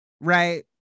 right